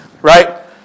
right